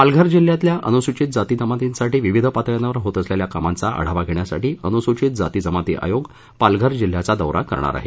पालघर जिल्ह्यातल्या अनुसूचित जाती जमातीसाठी विविध पातळ्यावर होत असलेल्या कामांचा आढावा घेण्यासाठी अनुसुचित जाती जमाती आयोग पालघर जिल्ह्याचा दौरा करणार आहे